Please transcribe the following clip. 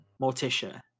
Morticia